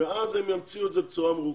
ואז הם ימציאו את זה בצורה מרוכזת.